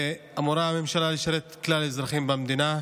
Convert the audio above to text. אמורה הממשלה לשרת את כלל האזרחים במדינה,